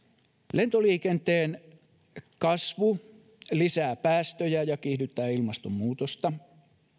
lentoliikenteen kasvu lisää päästöjä ja kiihdyttää ilmastonmuutosta